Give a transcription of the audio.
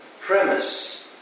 premise